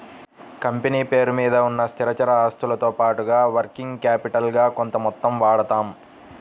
company పేరు మీద ఉన్న స్థిరచర ఆస్తులతో పాటుగా వర్కింగ్ క్యాపిటల్ గా కొంత మొత్తం వాడతాం